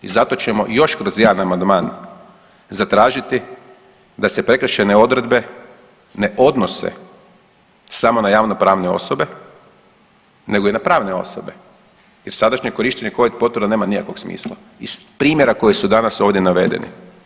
I zato ćemo još kroz jedan amandman zatražiti da se prekršajne odredbe ne odnose samo na javno pravne osobe nego i na pravne osobe jer sadašnje korištenje Covid potvrda nema nikakvog smisla iz primjera koji su danas ovdje navedeni.